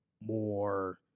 more